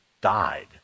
died